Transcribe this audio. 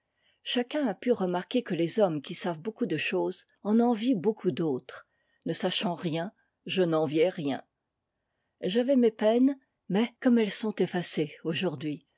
chacun a pu remarquer que les hommes qui savent beaucoup de choses en envient beaucoup d'autres ne sachant rien je n'enviais rien j'avais mes peines mais comme elles sont effacées aujourd'hui